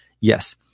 Yes